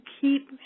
keep